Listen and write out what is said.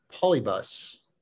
Polybus